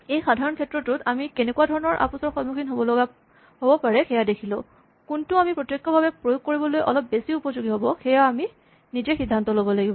এই সাধাৰণ ক্ষেত্ৰটোত আমি কেনেকুৱা ধৰণৰ আপোচৰ সন্মুখীন হ'ব লগা হ'ব পাৰে সেয়া দেখিলোঁ কোনটো আমি প্ৰত্যক্ষভাৱে প্ৰয়োগ কৰিবলৈ অলপ বেছি উপযোগী হ'ব সেয়া আমি নিজে সীধান্ত ল'ব লাগিব